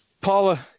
Paula